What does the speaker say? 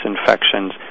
infections